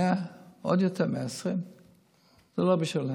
100, עוד יותר, 120. זה לא בשבילם,